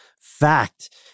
fact